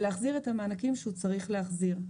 ולהחזיר את המענקים שהוא צריך להחזיר.